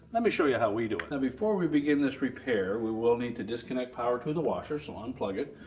let me show you yeah how we do it. now before we begin this repair we will need to disconnect power to the washer, so unplug it.